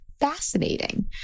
fascinating